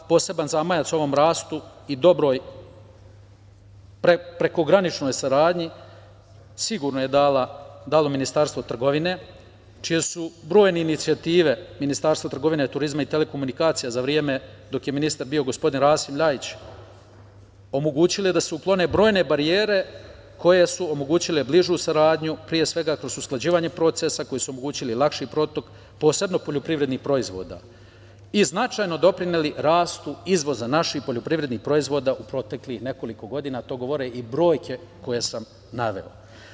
Poseban zamajac ovom rastu i dobroj prekograničnoj saradnji sigurno je dalo Ministarstvo trgovine, čije su brojne inicijative Ministarstva trgovine, turizma i telekomunikacija za vreme dok je ministar bio gospodin Rasim Ljajić omogućile da se otklone brojne barijere koje su omogućile bližu saradnju, pre svega kroz usklađivanje procesa koji su omogućili lakši protok, posebno poljoprivrednih proizvoda i značajno doprineli rastu izvoza naših poljoprivrednih proizvoda u proteklih nekoliko godina, a to govore i brojke koje sam naveo.